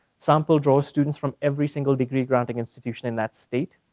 sample draws students from every single degree granting institution in that state.